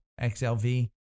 XLV